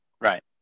Right